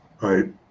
Right